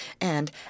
and